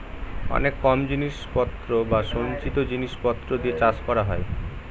অনেক কম জিনিস পত্র বা সঞ্চিত জিনিস পত্র দিয়ে চাষ করা হয়